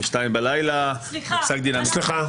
ב-2 בלילה --- סליחה,